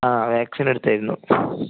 ആ വാക്സിനെടുത്തായിരുന്നു